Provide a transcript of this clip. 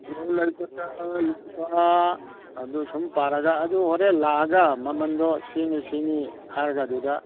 ꯂꯣꯏ ꯂꯩ ꯂꯨꯄꯥ ꯑꯗꯨ ꯁꯨꯝ ꯄꯥꯔꯒ ꯑꯗꯨ ꯍꯣꯔꯦꯟ ꯂꯥꯛꯑꯒ ꯃꯃꯟꯗꯣ ꯁꯤꯅꯤ ꯁꯤꯅꯤ ꯍꯥꯏꯔꯒ ꯑꯗꯨꯗ